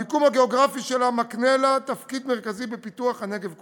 המיקום הגיאוגרפי שלה מקנה לה תפקיד מרכזי בפיתוח הנגב כולו,